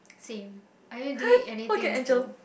same are you doing anything to